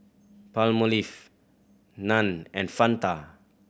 Palmolive Nan and Fanta